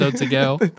ago